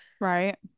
right